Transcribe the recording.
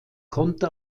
konnte